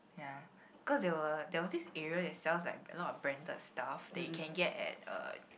ya cause there were there was this area they sells like a lot of branded stuff that you can get at uh